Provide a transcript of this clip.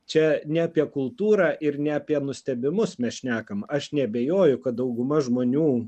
čia ne apie kultūrą ir ne apie nustebimus mes šnekam aš neabejoju kad dauguma žmonių